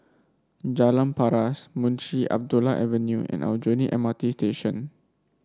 Jalan Paras Munshi Abdullah Avenue and Aljunied M R T Station